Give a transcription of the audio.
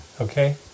okay